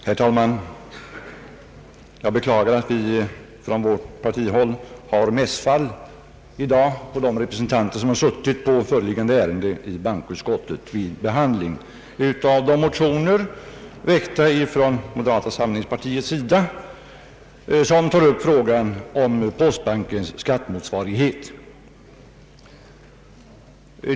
Herr talman! Jag beklagar att vi från vårt parti har mässfall i dag för de representanter som suttit i bankoutskottet vid behandlingen av föreliggande ärende, som tar upp de motioner som väckts från moderata samlingspartiets sida och som gäller frågan om postbankens skattemotsvarighet.